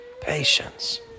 Patience